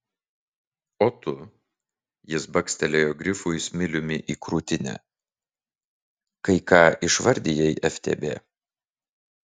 o tu jis bakstelėjo grifui smiliumi į krūtinę kai ką išvardijai ftb